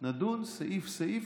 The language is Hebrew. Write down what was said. נדון סעיף-סעיף,